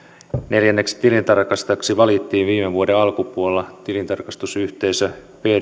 neljänneksi tilintarkastajaksi valittiin viime vuoden alkupuolella tilintarkastusyhteisö